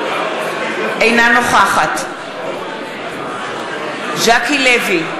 אינה נוכחת ז'קי לוי,